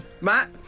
Matt